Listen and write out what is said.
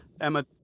Emma